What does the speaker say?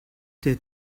der